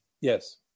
Yes